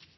er